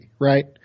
right